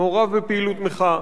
מעורב בפעילות מחאה.